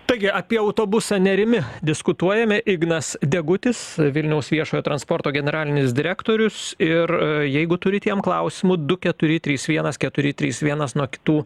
taigi apie autobusą nerimi diskutuojame ignas degutis vilniaus viešojo transporto generalinis direktorius ir jeigu turit jam klausimųdu keturi trys vienas keturi trys vienas nuo kitų